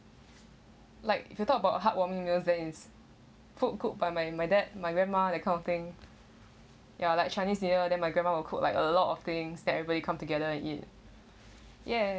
like if you talk about heartwarming meals then that is food cooked by my my dad my grandma that kind of thing ya like chinese new year then my grandma will cook like a lot of things that everybody come together it yeah